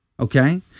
Okay